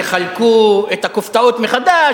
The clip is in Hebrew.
יחלקו את הכופתאות מחדש.